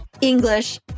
English